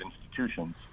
institutions